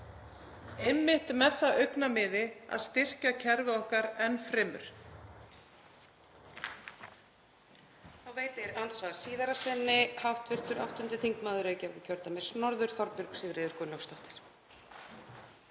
einmitt með það að augnamiði að styrkja kerfið okkar enn frekar.